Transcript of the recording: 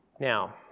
Now